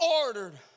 ordered